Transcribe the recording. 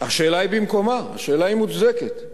השאלה במקומה, השאלה מוצדקת.